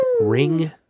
ring